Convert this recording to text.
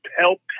Help